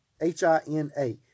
H-I-N-A